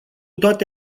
toate